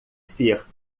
ser